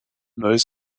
neues